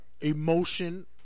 emotion